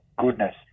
goodness